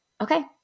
okay